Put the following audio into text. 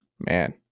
Man